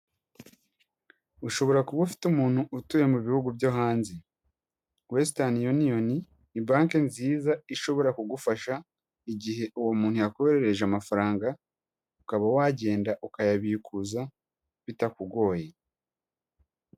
Ushobora kuba ufite umuntu utuye mu bihugu byo hanze, wesitani yuniyoni ni banki nziza ishobora kugufasha igihe uwo muntu yakoherereje amafaranga ukaba wagenda ukayabikuza bitakugoye.